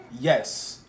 yes